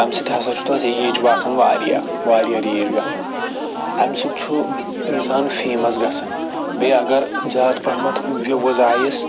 تَمہِ سۭتۍ ہَسا چھُ تتھ ریٖچ باسان وارِیاہ وارِیاہ ریٖچ گَژھان اَمہِ سۭتۍ چھُ اِنسان فٮ۪مس گَژھان بیٚیہِ اگر زیادٕ پہمتھ وِوٕز آیِس